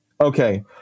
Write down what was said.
Okay